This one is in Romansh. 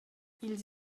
ils